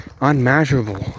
unmeasurable